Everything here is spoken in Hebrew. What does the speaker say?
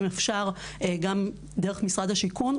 אם אפשר גם דרך משרד השיכון,